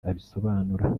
abisobanura